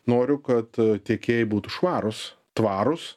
noriu kad tiekėjai būtų švarūs tvarūs